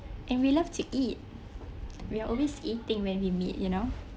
and we love to eat we are always eating when we meet you know